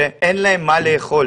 שאין להם מה לאכול,